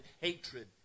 hatred